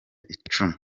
icumi